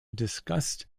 discussed